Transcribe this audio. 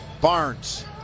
barnes